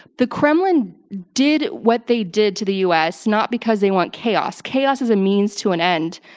the kremlin did what they did to the u. s. not because they want chaos. chaos is a means to an end.